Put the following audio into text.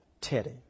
Teddy